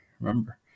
Remember